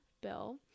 Bill